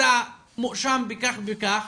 אתה מואשם בכך וכך,